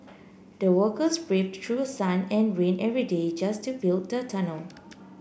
the workers braved through sun and rain every day just to build the tunnel